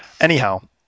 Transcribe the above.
anyhow